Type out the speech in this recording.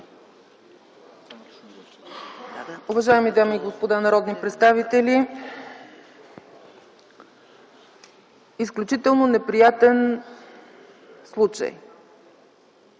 Уважаеми дами и господа народни представители, изключително неприятен случай,